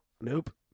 Nope